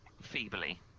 feebly